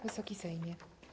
Wysoki Sejmie!